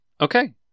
okay